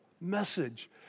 message